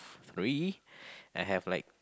three I have like